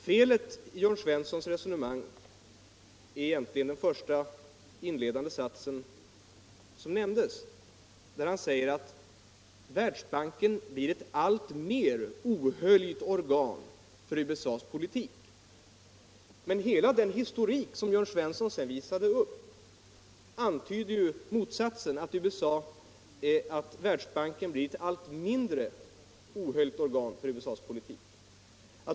Felet i Jörn Svenssons resonemang ligger egentligen i den första inledande satsen, där han säger att Världsbanken blir ett alltmer ohöljt organ för USA:s politik. Men hela den historik som Jörn Svensson sedan visade upp antyder ju motsatsen, att Världsbanken blivit ett allt mindre ohöljt organ för USA:s politik.